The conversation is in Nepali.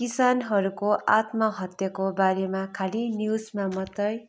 किसानहरूको आत्महत्याकोबारेमा खालि न्युजमा मात्रै